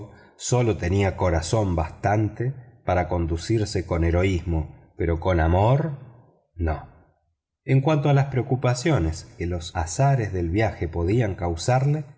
sólo tenía corazón bastante para conducirse con heroísmo pero no con amor no en cuanto a las preocupaciones que los azares del viaje podían causarle